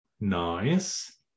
Nice